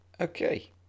Okay